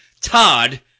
Todd